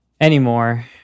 anymore